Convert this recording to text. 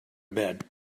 bed